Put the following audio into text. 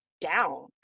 down